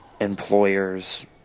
employers